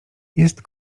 jest